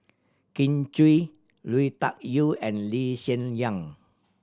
Kin Chui Lui Tuck Yew and Lee Hsien Yang